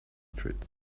street